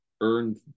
earned